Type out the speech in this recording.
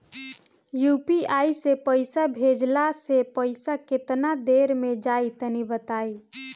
UPI से पईसा भेजलाऽ से पईसा केतना देर मे जाई तनि बताई?